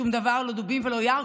שום דבר, לא דובים ולא יער.